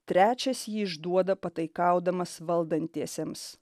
trečias jį išduoda pataikaudamas valdantiesiems